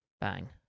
bang